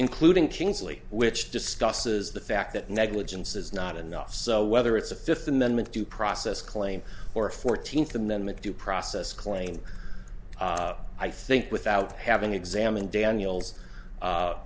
kingsley which discusses the fact that negligence is not enough so whether it's a fifth amendment due process claim or a fourteenth amendment due process claim i think without having examined daniel's